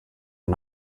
are